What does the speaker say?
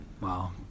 Wow